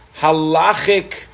halachic